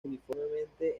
uniformemente